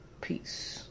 peace